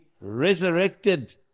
resurrected